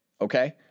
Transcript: okay